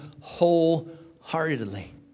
wholeheartedly